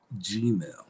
Gmail